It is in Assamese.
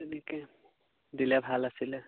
তেনেকে দিলে ভাল আছিলে